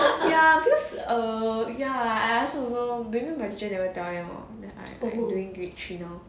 ya because err ya I also don't know maybe my teacher never tell them lor ya I am doing grade three now